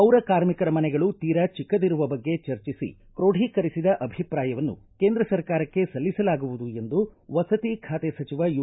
ಪೌರ ಕಾರ್ಮಿಕರ ಮನೆಗಳು ತೀರ ಚಿಕ್ಕದಿರುವ ಬಗ್ಗೆ ಚರ್ಚಿಸಿ ಕೊಢಿಕರಿಸಿದ ಅಭಿಪ್ರಾಯವನ್ನು ಕೇಂದ್ರ ಸರ್ಕಾರಕ್ಕೆ ಸಲ್ಲಿಸಲಾಗುವುದು ಎಂದು ವಸತಿ ಖಾತೆ ಸಚಿವ ಯೂ